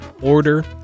order